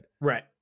Right